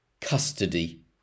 custody